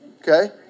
Okay